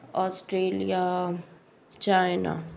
Australia China